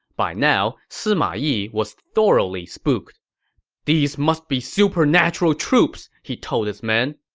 by now, sima yi was thoroughly spooked these must be supernatural troops! he told his men.